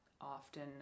often